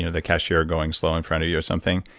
ah the cashier going slow in front of you or something.